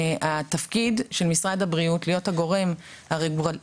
התפקיד של משרד הבריאות להיות הגורם הרגולטורי,